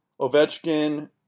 Ovechkin